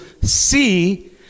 see